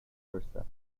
versa